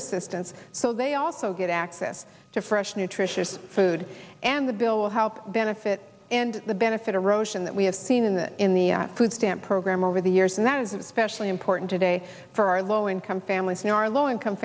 assistance so they also get access to fresh nutritious food and the bill will help benefit and the benefit erosion that we have seen in the in the food stamp program over the years and that is especially important today for our low income families in our low income